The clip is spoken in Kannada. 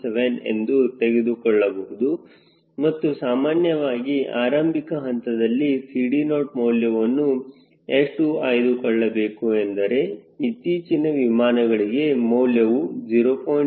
7 ಎಂದು ತೆಗೆದು ತೆಗೆದುಕೊಳ್ಳಬಹುದು ಮತ್ತು ಸಾಮಾನ್ಯವಾಗಿ ಆರಂಭಿಕ ಹಂತದಲ್ಲಿ CD0 ಮೌಲ್ಯವನ್ನು ಎಷ್ಟು ಆಯ್ದುಕೊಳ್ಳಬೇಕು ಎಂದರೆ ಇತ್ತೀಚಿನ ವಿಮಾನಗಳಿಗೆ ಮೌಲ್ಯವು 0